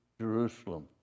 Jerusalem